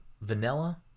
Vanilla